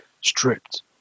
stripped